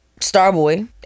Starboy